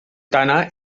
tana